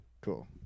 Cool